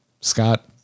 scott